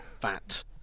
fat